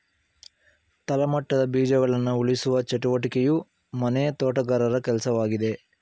ತಳಮಟ್ಟದ ಬೀಜಗಳನ್ನ ಉಳಿಸುವ ಚಟುವಟಿಕೆಯು ಮನೆ ತೋಟಗಾರರ ಕೆಲ್ಸವಾಗಿದೆ